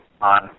on